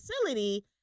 facility